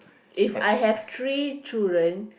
If I have three children